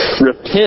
Repent